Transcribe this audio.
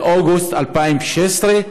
באוגוסט 2016,